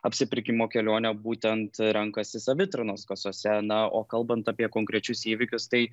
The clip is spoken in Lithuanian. apsipirkimo kelionę būtent rankasi savitarnos kasose na o kalbant apie konkrečius įvykius tai